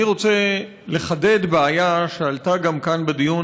אני רוצה לחדד בעיה שעלתה גם כאן בדיון,